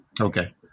Okay